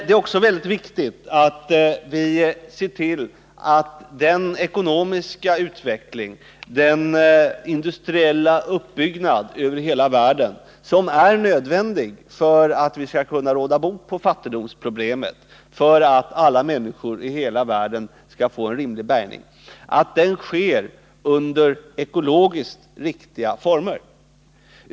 Det är också mycket viktigt att vi ser till att den ekonomiska utveckling och den industriella uppbyggnad över hela världen som är nödvändig för att vi skall kunna råda bot på fattigdomsproblemet, för att alla människor i hela världen skall få en rimlig bärgning, sker under ekologiskt riktiga former.